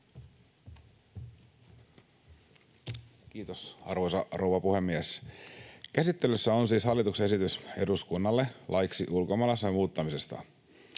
Kiitos, arvoisa rouva puhemies! Käsittelyssä on siis hallituksen esitys eduskunnalle laiksi ulkomaalaislain muuttamisesta.